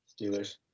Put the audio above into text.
Steelers